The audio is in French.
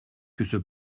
que